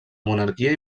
monarquia